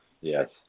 Yes